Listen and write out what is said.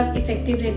effective